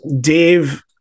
Dave